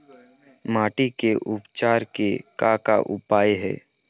माटी के उपचार के का का उपाय हे?